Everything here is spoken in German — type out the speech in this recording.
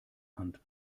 hand